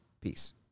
peace